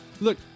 Look